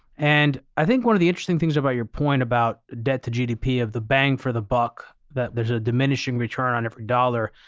and i think one of the interesting things about your point about debt to gdp of the bang for the buck, that there's a diminishing return on every dollar,